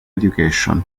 education